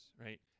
right